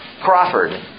Crawford